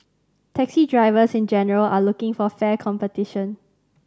taxi drivers in general are looking for fair competition